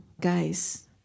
guys